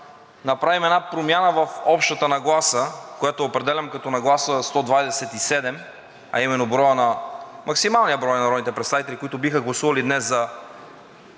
направим една промяна в общата нагласа, която определям като нагласа 127, а именно максималният брой на народните представители, които биха гласували днес за